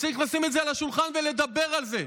וצריך לשים את זה על השולחן ולדבר על זה.